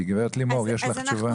גברת לימור, יש לך תשובה.